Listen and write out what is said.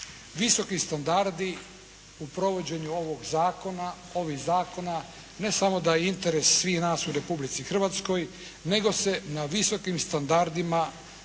Visoki standardi u provođenju ovih zakona, ne samo da je interes svih nas u Republici Hrvatskoj, nego se na visokim standardima,